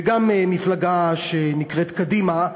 וגם מפלגה שנקראת קדימה.